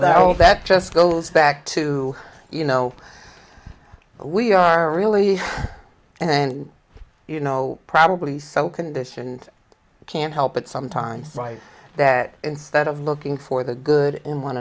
well that just goes back to you know we are really and you know probably so conditioned can't help but sometimes write that instead of looking for the good in one